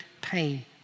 pain